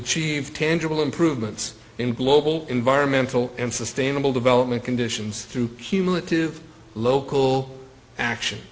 achieve tangible improvements in global environmental and sustainable development conditions through cumulative local action